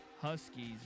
Huskies